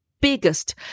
biggest